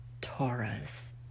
Taurus